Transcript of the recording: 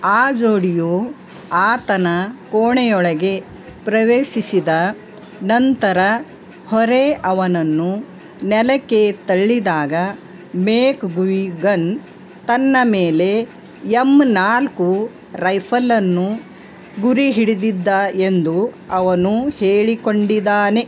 ಆ ಜೋಡಿಯು ಆತನ ಕೋಣೆಯೂಳಗೆ ಪ್ರವೇಶಿಸಿದ ನಂತರ ಹೊರೇ ಅವನನ್ನು ನೆಲಕ್ಕೆ ತಳ್ಳಿದಾಗ ಮೇಕ್ಗುಯ್ಗನ್ ತನ್ನ ಮೇಲೆ ಎಮ್ ನಾಲ್ಕು ರೈಫಲನ್ನು ಗುರಿಹಿಡಿದಿದ್ದ ಎಂದು ಅವನು ಹೇಳಿಕೊಂಡಿದ್ದಾನೆ